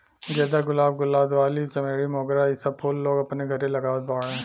गेंदा, गुलाब, गुलदावरी, चमेली, मोगरा इ सब फूल लोग अपने घरे लगावत बाड़न